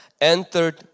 entered